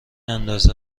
اندازه